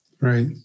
Right